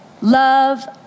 Love